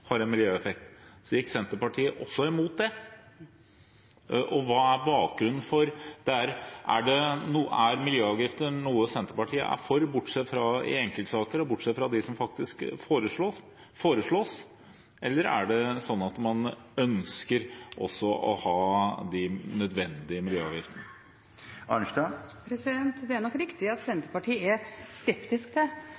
har en miljøeffekt, gikk Senterpartiet også imot det. Hva er bakgrunnen? Er miljøavgifter noe som Senterpartiet er for, bortsett fra i enkeltsaker og bortsett fra dem som foreslås – eller er det sånn at man ønsker å ha de nødvendige miljøavgiftene? Det er nok riktig at